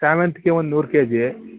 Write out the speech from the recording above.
ಸೇವಂತ್ಗೆ ಒಂದು ನೂರು K G